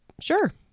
sure